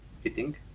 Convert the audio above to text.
fitting